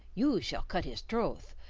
you shall cut his troth,